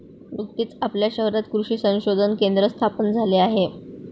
नुकतेच आपल्या शहरात कृषी संशोधन केंद्र स्थापन झाले आहे